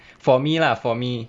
for me lah for me